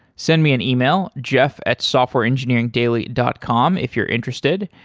send me an email, jeff at softwareengineeringdaily dot com if you're interested.